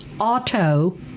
auto